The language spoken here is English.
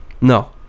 No